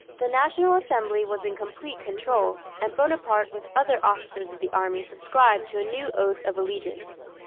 the national assembly was in complete control, and bonaparte with other officers of the army subscribed to a new oath of allegiance.